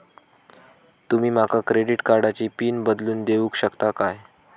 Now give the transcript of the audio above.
तुमी माका क्रेडिट कार्डची पिन बदलून देऊक शकता काय?